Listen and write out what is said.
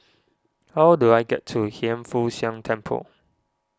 how do I get to Hiang Foo Siang Temple